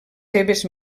seves